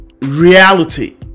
reality